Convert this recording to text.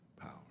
power